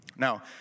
Now